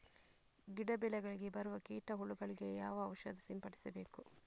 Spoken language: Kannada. ಗಿಡ, ಬೆಳೆಗಳಿಗೆ ಬರುವ ಕೀಟ, ಹುಳಗಳಿಗೆ ಯಾವ ಔಷಧ ಸಿಂಪಡಿಸಬೇಕು?